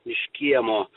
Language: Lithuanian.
iš kiemo